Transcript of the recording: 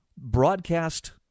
broadcast